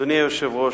אדוני היושב-ראש,